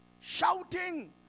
shouting